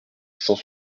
cent